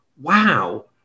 Wow